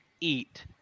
eat